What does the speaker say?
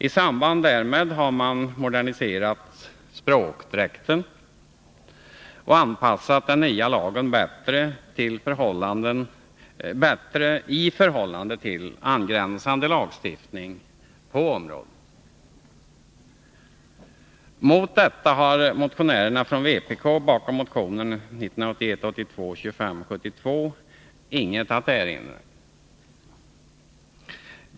I samband därmed har man moderniserat språkdräkten och anpassat den nya lagen bättre i förhållande till angränsande lagstiftning på området. Mot detta har motionärerna från vpk bakom motionen 1981/82:2572 inget att erinra.